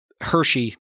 Hershey